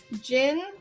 gin